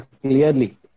clearly